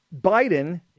Biden